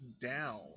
down